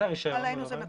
עלינו זה מקובל.